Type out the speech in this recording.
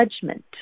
judgment